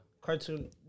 Cartoon